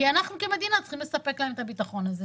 כי אנחנו כמדינה צריכים לספק להם את הביטחון הזה.